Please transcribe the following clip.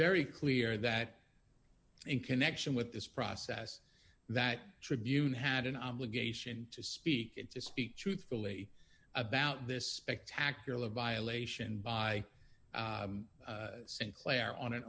very clear that in connection with this process that tribune had an obligation to speak to speak truthfully about this spectacular violation by sinclair on an